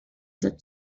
that